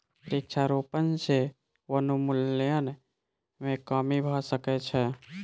वृक्षारोपण सॅ वनोन्मूलन मे कमी भ सकै छै